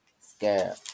scare